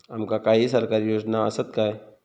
आमका काही सरकारी योजना आसत काय?